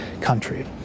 country